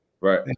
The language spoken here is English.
right